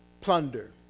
plunder